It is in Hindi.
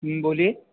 बोलिए